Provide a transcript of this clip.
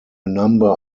number